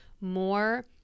more